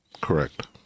Correct